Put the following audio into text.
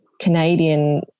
Canadian